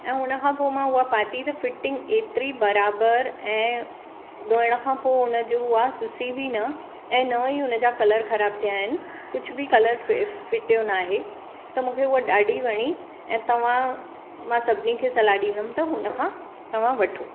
ऐं हुन खां पोइ मां उहा पाती त फिटिंग एतिरी बराबरु ऐं धोइण खां पोइ उनजो उहा सुसी बि न ऐं न ई उनजा कलर ख़राबु थिया आहिनि कुझु बि कलर फिटियो न आहे त मूंखे उहा ॾाढी वणी ऐं तव्हां मां सभिनी खे सलाह ॾींदमि त हुनखां तव्हां वठो